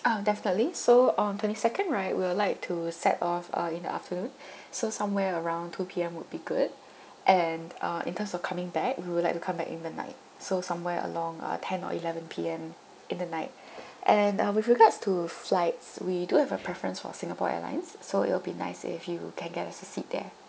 orh definitely so on twenty second right we will like to set off uh in the afternoon so somewhere around two P_M would be good and uh in terms of coming back we would like to come back in the night so somewhere along uh ten or eleven P_M in the night and uh with regards to flights we do have a preference for singapore airlines so it will be nice if you can get us a seat there